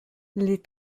les